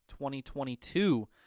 2022